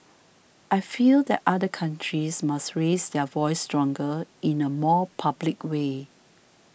I feel that other countries must raise their voice stronger in a more public way